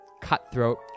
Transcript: cutthroat